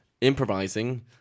improvising